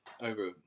over